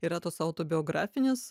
yra tos autobiografinės